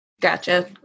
Gotcha